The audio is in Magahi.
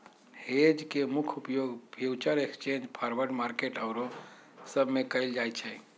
हेज के मुख्य उपयोग फ्यूचर एक्सचेंज, फॉरवर्ड मार्केट आउरो सब में कएल जाइ छइ